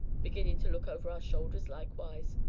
beginnin' to look over our shoulders likewise.